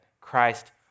christ